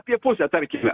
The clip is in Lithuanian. apie pusę tarkime